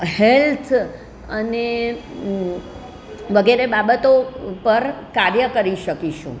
health અને વગેરે બાબતો પર કાર્ય કરી શકીશું